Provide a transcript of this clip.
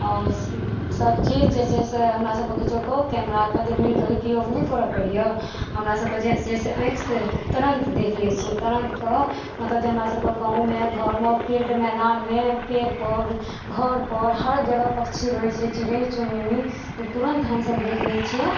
आओर सब चीज जे छै से हमरा सबके किछोके कैमरा के दूरबीन कऽ उपयोग नहि करऽ पड़ैया हमरा सबके जे छै आँखि से तरन्त देख लै छियै तुरन्तके मतलब जे हमरा सबके गाँवमे घरमे फील्ड मैदानमे पेड़ पर घर पर हर जगह पक्षी रहै छै चिड़ै चुनमुनी तुरन्त हमसब देख लै छियै